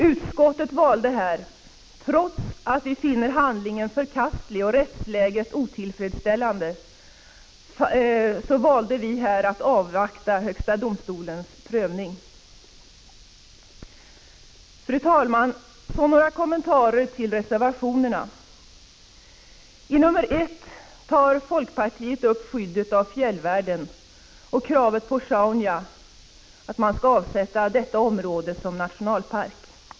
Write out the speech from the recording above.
Utskottet valde här, trots att vi finner handlingen förkastlig och rättsläget otillfredsställande, att avvakta högsta domstolens prövning. Fru talman! Så några kommentarer till reservationerna. I reservation 1 tar folkpartiet upp skyddet av fjällvärlden och kravet på att Sjaunjaområdet skall avsättas till nationalpark.